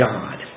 God